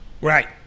Right